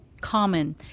common